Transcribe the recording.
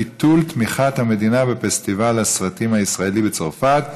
בנושא: ביטול תמיכת המדינה בפסטיבל הסרטים הישראלי בצרפת.